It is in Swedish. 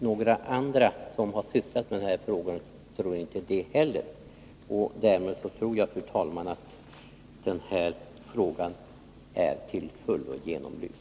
Några andra som har sysslat med den här frågan tror inte heller det. Därmed tror jag, fru talman, att den här frågan är till fullo genomlyst.